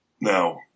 Now